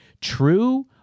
true